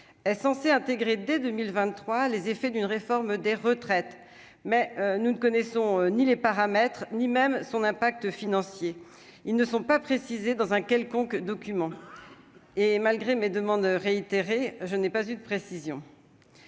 est censée intégrer dès 2023, les effets d'une réforme des retraites, mais nous ne connaissons ni les paramètres, ni même son impact financier, ils ne sont pas précisés dans un quelconque document et malgré mes demandes réitérées, je n'ai pas eu de précision